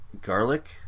Garlic